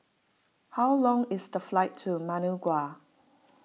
how long is the flight to Managua